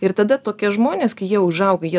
ir tada tokie žmonės kai jie užauga jie